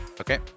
Okay